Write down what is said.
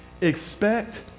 Expect